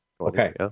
Okay